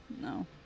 No